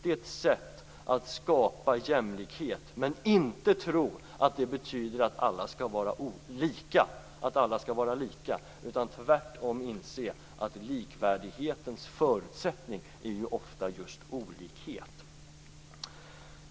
Det är ett sätt att skapa jämlikhet, men man skall inte tro att det betyder att alla skall vara lika. Tvärtom skall man inse att likvärdighetens förutsättning ofta är just olikhet.